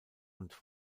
und